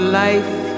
life